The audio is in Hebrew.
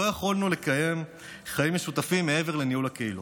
לא יכולנו לקיים חיים משותפים מעבר לניהול הקהילות.